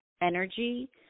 energy